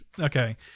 okay